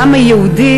העם היהודי,